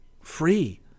Free